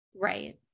Right